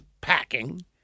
packing